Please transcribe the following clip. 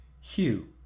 Hugh